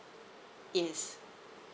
yes